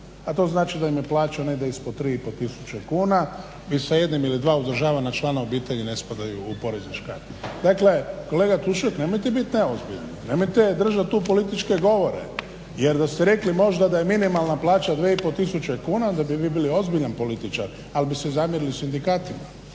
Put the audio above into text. a to znači da im je plaća negdje ispod 3,5 tisuće kuna i sa jednim ili dva uzdržavana člana obitelji ne spadaju u porezne škare. Dakle kolega Tušak nemojte biti neozbiljni, nemojte držati tu političke govore jer da ste rekli možda da je minimalna plaća 2,5 tisuće kuna onda bi vi bili ozbiljan političara ali biste zamjerili sindikatima.